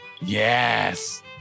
Yes